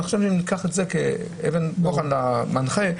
ניקח את זה כאבן בוחן מנחה.